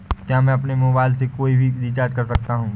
क्या मैं अपने मोबाइल से कोई भी रिचार्ज कर सकता हूँ?